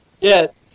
yes